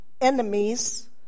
enemies